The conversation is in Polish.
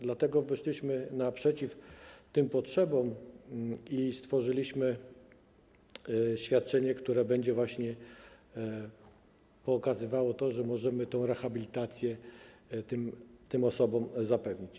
Dlatego wyszliśmy naprzeciw tym potrzebom i stworzyliśmy świadczenie, które będzie pokazywało, że możemy tę rehabilitację tym osobom zapewnić.